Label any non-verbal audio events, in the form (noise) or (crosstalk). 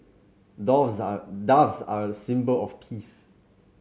(unintelligible) are doves are a symbol of peace